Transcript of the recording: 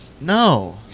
No